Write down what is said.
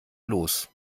los